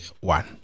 one